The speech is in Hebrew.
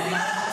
נכון.